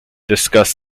discuss